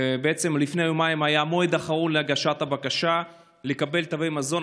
בעצם לפני יומיים היה המועד האחרון להגשת הבקשה לקבל תווי מזון.